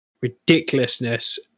ridiculousness